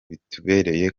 bitubereye